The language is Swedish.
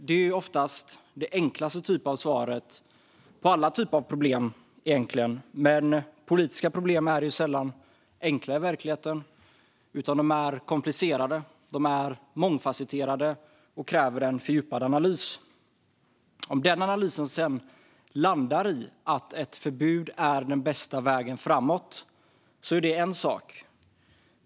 Det är oftast det enklaste svaret på alla typer av problem. Men politiska problem är sällan enkla i verkligheten. De är komplicerade och mångfasetterade och kräver fördjupad analys. Om den analysen landar i att ett förbud är den bästa vägen framåt är det en sak.